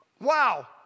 Wow